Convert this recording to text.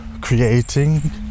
creating